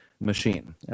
machine